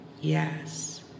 Yes